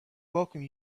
welcome